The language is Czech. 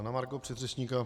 Na margo předřečníka.